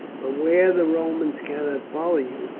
but where the romans cannot follow you.